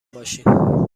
باشیم